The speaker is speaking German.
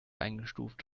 eingestuft